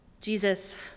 Jesus